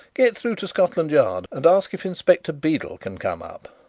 get through to scotland yard and ask if inspector beedel can come up.